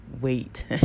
wait